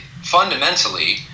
fundamentally